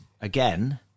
again